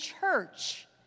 church